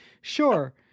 sure